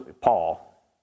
Paul